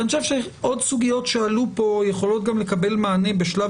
עוד סוגיות שעלו פה יכולות לקבל גם מענה בשלב